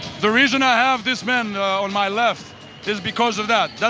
the reason i have this man on my left is because of that.